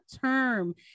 term